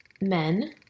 men